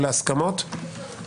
באמת רוצה להתפטר מהממשלה.